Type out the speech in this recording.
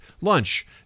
lunch